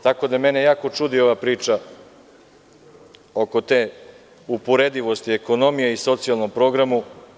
Tako da, mene jako čudi ova priča oko te uporedivosti ekonomije i socijalnom programu.